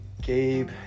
gabe